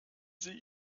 sie